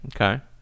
Okay